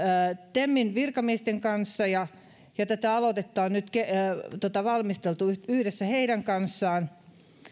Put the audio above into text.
temin virkamiesten kanssa ja ja tätä aloitetta on nyt valmisteltu yhdessä heidän kanssaan